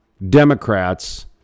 Democrats